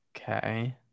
Okay